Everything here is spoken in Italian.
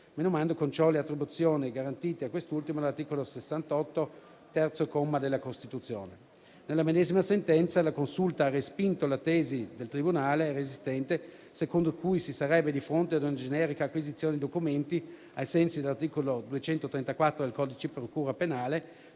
menomando con ciò le attribuzioni garantite a quest'ultimo dall'articolo 68, terzo comma, della Costituzione. Nella medesima sentenza, la Consulta ha respinto la tesi del tribunale resistente, secondo cui si sarebbe di fronte ad una generica acquisizione di documenti, ai sensi dell'articolo 234 del codice di procedura penale,